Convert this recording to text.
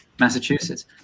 Massachusetts